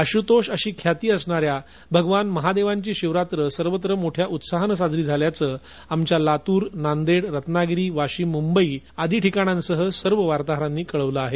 आशुतोष अशी ख्याती असणाऱ्या भगवान महादेवाची महाशिवरात्र मोठया उत्साहात साजरी झाल्यचं आमच्या लातर नांदेड रत्नगिरी वाशीम मुंबईत अंबरनाथ आदी ठिकाण सह सर्व वार्ताहरांनी कळवले आहे